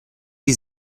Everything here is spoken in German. die